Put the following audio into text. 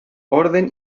orden